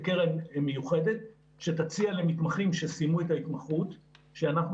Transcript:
קרן מיוחדת שתציע למתמחים שסיימו את ההתמחות שאנחנו